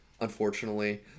unfortunately